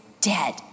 dead